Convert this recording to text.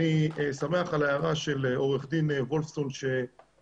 אני שמח על ההערה של עורך דין וולפסון שלא